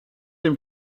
dem